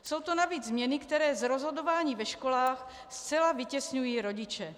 Jsou to navíc změny, které z rozhodování ve školách zcela vytěsňují rodiče.